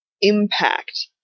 impact